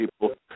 people